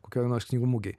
kokioj nors knygų mugėj